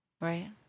Right